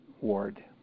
ward